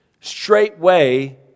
straightway